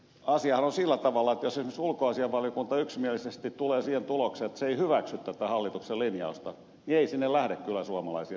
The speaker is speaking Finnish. asiahan on sillä tavalla että jos esimerkiksi ulkoasiainvaliokunta yksimielisesti tulee siihen tulokseen että se ei hyväksy tätä hallituksen linjausta niin ei sinne lähde kyllä suomalaisia sotilaita